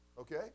okay